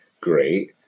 great